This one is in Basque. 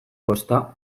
kosta